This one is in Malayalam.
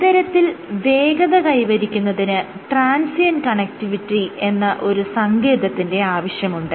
ഇത്തരത്തിൽ വേഗത കൈവരിക്കുന്നതിന് ട്രാൻസിയൻറ് കണക്റ്റിവിറ്റി എന്ന ഒരു സങ്കേതത്തിന്റെ ആവശ്യമുണ്ട്